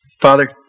Father